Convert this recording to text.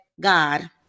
God